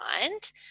mind